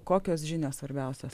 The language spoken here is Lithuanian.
kokios žinios svarbiausios